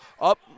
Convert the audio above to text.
up